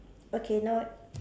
okay now